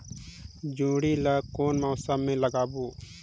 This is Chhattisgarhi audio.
जोणी ला कोन मौसम मा लगाबो?